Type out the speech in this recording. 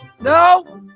No